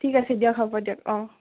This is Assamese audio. ঠিক আছে দিয়ক হ'ব দিয়ক অ'